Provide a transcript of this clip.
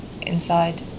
inside